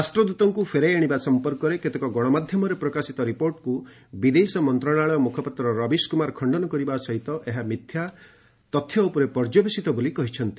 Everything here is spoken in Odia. ରାଷ୍ଟ୍ରଦୃତଙ୍କୁ ଫେରାଇ ଆଣିବା ସମ୍ପର୍କରେ କେତେକ ଗଣମାଧ୍ୟମରେ ପ୍ରକାଶିତ ରିପୋର୍ଟକୁ ବିଦେଶ ମନ୍ତ୍ରଶାଳୟ ମୁଖପାତ୍ର ରବିଶ କୁମାର ଖଣ୍ଡନ କରିବା ସହିତ ଏହା ମିଥ୍ୟା ତଥ୍ୟ ଉପରେ ପର୍ଯ୍ୟବେସିତ ବୋଲି କହିଛନ୍ତି